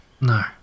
No